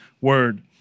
Word